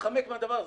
להתחמק מהדבר הזה.